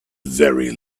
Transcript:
very